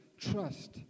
trust